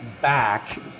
back